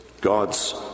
God's